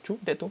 true that too